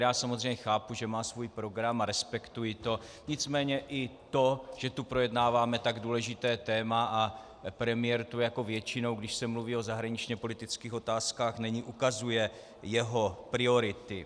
Chápu samozřejmě, že má svůj program a respektuji to, nicméně i to, že tu projednáváme tak důležité téma a premiér tu jako většinou, když se mluví o zahraničněpolitických otázkách, není, ukazuje jeho priority.